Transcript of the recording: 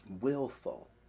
willful